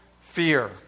fear